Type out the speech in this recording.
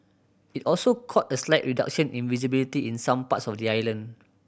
it also caught a slight reduction in visibility in some parts of the island